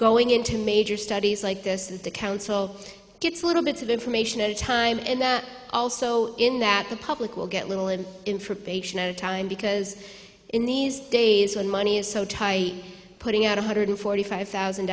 going into major studies like this the council gets little bits of information at a time and also in that the public will get little of information at a time because in these days when money is so tight putting out a hundred forty five thousand